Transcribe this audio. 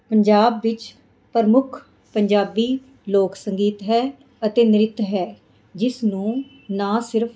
ਪੰਜਾਬ ਵਿੱਚ ਪ੍ਰਮੁੱਖ ਪੰਜਾਬੀ ਲੋਕ ਸੰਗੀਤ ਹੈ ਅਤੇ ਨ੍ਰਿਤ ਹੈ ਜਿਸ ਨੂੰ ਨਾ ਸਿਰਫ